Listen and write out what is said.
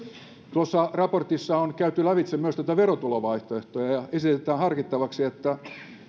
tuossa raportissa on käyty lävitse myös verotulovaihtoehtoja ja esitetään harkittavaksi että